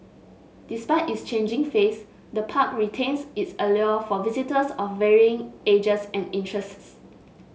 despite its changing face the park retains its allure for visitors of varying ages and interests